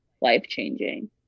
life-changing